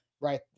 right